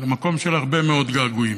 למקום של הרבה מאוד געגועים,